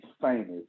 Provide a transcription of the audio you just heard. famous